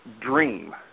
dream